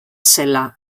zela